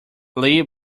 lee